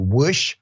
wish